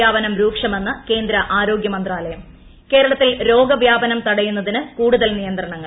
വ്യാപനം രൂക്ഷമെന്ന് കേന്ദ്ര ആരോഗൃ മന്ത്രാലയം കേരളത്തിൽ രോഗവ്യാപനം തടയുന്നതിന് കൂടുതൽ നിയന്ത്രണങ്ങൾ